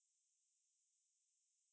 可是应该 okay right